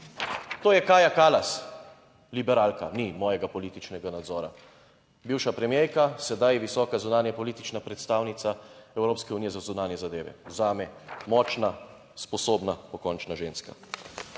To je Kaja Kalas, liberalka, ni mojega političnega nadzora, bivša premierka, sedaj visoka zunanjepolitična predstavnica Evropske unije za zunanje zadeve, zame močna, sposobna, pokončna ženska.